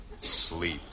Sleep